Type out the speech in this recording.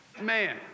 man